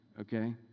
Okay